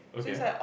okay